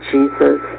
Jesus